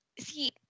See